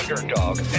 Underdog